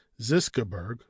Ziskaberg